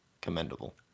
commendable